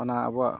ᱚᱱᱟ ᱟᱵᱚᱣᱟᱜ